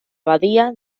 abadía